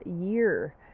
year